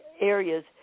areas